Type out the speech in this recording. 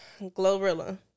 Glorilla